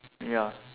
ya